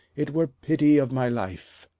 it were pity of my life.